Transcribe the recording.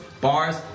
bars